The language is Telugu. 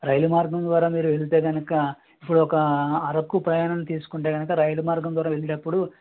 రైలు మార్గం ద్వారా మీరు వెళ్తే కనుక ఇప్పుడు ఒక అరకు ప్రయాణం తీసుకుంటే కనుక రైలు మార్గం ద్వారా వెళ్ళినపుడు